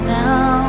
now